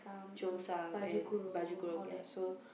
cheongsam and baju kurung ya so